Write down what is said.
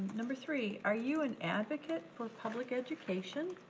number three. are you an advocate for public education,